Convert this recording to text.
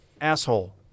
asshole